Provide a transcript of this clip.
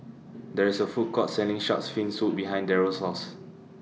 There IS A Food Court Selling Shark's Fin Soup behind Darell's House